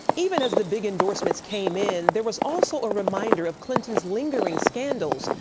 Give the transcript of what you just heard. even as the big endorsements came in, there was also a reminder of clinton's lingering scandals.